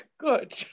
Good